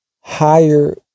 higher